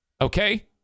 Okay